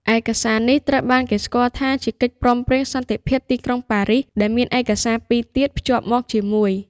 ឯកសារនេះត្រូវបានគេស្គាល់ថាជាកិច្ចព្រមព្រៀងសន្តិភាពទីក្រុងប៉ារីស ដែលមានឯកសារពីរទៀតភ្ជាប់មកជាមួយ។